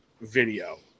video